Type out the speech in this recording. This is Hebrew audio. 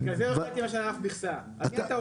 בגלל זה לא קיבלתי למשל אף מכסה, על מי אתה עובד?